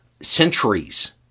centuries